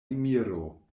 emiro